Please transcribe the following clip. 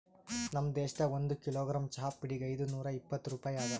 ನಮ್ ದೇಶದಾಗ್ ಒಂದು ಕಿಲೋಗ್ರಾಮ್ ಚಹಾ ಪುಡಿಗ್ ಐದು ನೂರಾ ಇಪ್ಪತ್ತು ರೂಪಾಯಿ ಅದಾ